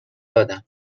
دادم